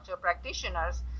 practitioners